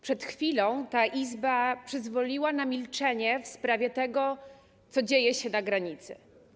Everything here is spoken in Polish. Przed chwilą ta Izba przyzwoliła na milczenie w sprawie tego, co dzieje się na granicy.